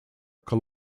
often